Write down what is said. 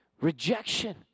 rejection